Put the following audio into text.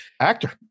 Actor